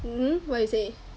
hmm what you say